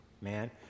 man